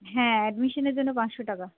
হ্যাঁ অ্যাডমিশনের জন্য পাঁচশো টাকা